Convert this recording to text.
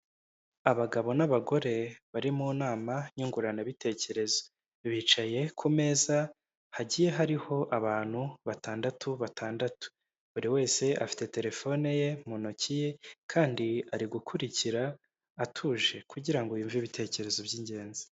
Abagabo n'abagore bari mu nama nyunguranabitekerezo, bicaye ku meza hagiye hariho abantu batandatu batandatu buri wese afite telefone ye mu ntoki ze kandi ari gukurikira atuje kugira ngo yumve ibitekerezo by'ingenzi.